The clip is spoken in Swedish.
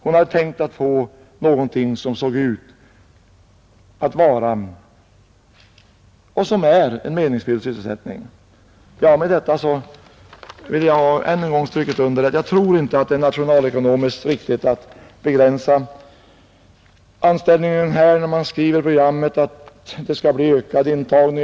Hon hade hoppats få en meningsfylld sysselsättning. Med detta vill jag ännu en gång understryka att jag inte tror att det är nationalekonomiskt riktigt att begränsa anställningsmöjligheterna, när man skriver i programmet att det skall bli en ökad intagning.